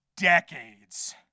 decades